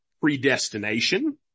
predestination